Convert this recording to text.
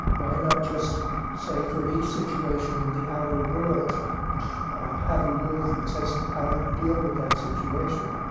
why not just say for each situation in the outer world have a rules that says how to deal with that situation?